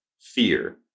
fear